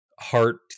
heart